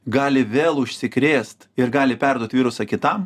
gali vėl užsikrėst ir gali perduot virusą kitam